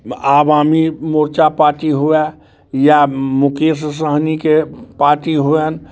Awami Morcha party हुवे या मुकेश साहनीके पार्टी हुयैन